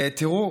תראו: